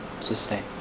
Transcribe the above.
Sustain